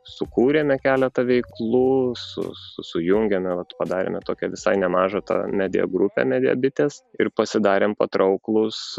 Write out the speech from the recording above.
sukūrėme keletą veiklų su sujungėme vat padarėme tokią visai nemažą tą media grupė media bitės ir pasidarėme patrauklūs